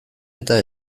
eta